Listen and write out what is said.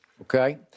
Okay